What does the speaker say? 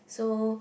so